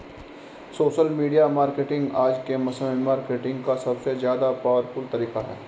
social media marketing आज के समय में मार्केटिंग का सबसे ज्यादा पॉवरफुल तरीका है